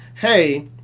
hey